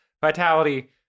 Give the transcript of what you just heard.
Vitality